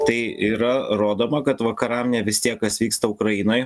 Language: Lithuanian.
tai yra rodoma kad vakaram ne vis tiek kas vyksta ukrainoj